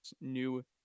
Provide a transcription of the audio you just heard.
new